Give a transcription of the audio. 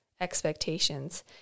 expectations